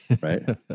Right